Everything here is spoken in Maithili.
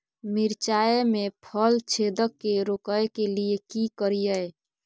मिर्चाय मे फल छेदक के रोकय के लिये की करियै?